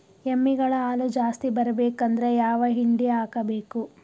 ಎಮ್ಮಿ ಗಳ ಹಾಲು ಜಾಸ್ತಿ ಬರಬೇಕಂದ್ರ ಯಾವ ಹಿಂಡಿ ಹಾಕಬೇಕು?